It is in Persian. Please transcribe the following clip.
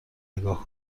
نگاه